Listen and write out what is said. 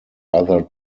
other